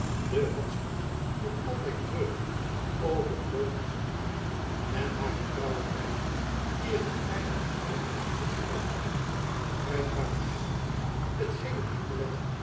den hansworst nog altijd treurende over den dood van zijn aap en haar getrouwen feiko die er niet weinig gezwollen en verhit uitzag en vrij kwalijk ging t geen hem niet belette